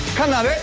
come up.